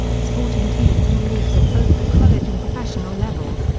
sporting teams and leagues at both the college and professional levels,